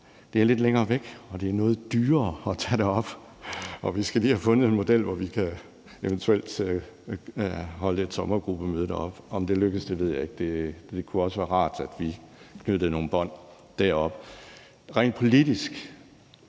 Det er lidt længere væk, og det er noget dyrere at tage derop, og vi skal lige have fundet en model, hvor vi eventuelt kan holde et sommergruppemøde deroppe. Om det lykkes, ved jeg ikke. Det kunne også være rart, at vi knyttede nogle bånd deroppe. Rent politisk